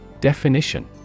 Definition